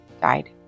died